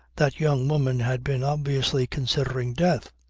that young woman had been obviously considering death.